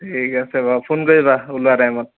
ঠিক আছে বাৰু ফোন কৰিবা ওলোৱাৰ টাইমত